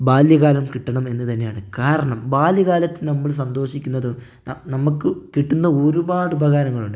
ബാല്യകാലം കിട്ടണം എന്നു തന്നെയാണ് കാരണം ബാല്യകാലത്ത് നമ്മൾ സന്തോഷിക്കുന്നതും നമുക്ക് കിട്ടുന്ന ഒരുപാട് ഉപകാരങ്ങൾ ഉണ്ട്